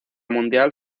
mundial